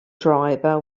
driver